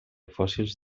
fòssils